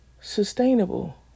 sustainable